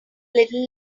little